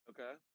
Okay